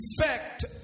effect